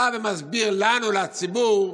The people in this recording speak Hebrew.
בא ומסביר לנו, לציבור,